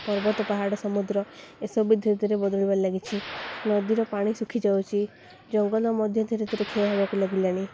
ପର୍ବତ ପାହାଡ଼ ସମୁଦ୍ର ଏସବୁ ଧୀରେ ଧରେ ବଦଳିବାର ଲାଗିଛି ନଦୀର ପାଣି ଶୁଖିଯାଉଛିି ଜଙ୍ଗଲ ମଧ୍ୟ ଧୀରେ ଧରେ କ୍ଷୟ ହେବାକୁ ଲାଗିଲାଣି